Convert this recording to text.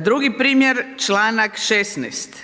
Drugi primjer, članak 16.